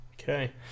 Okay